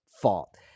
fault